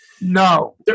No